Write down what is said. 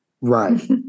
Right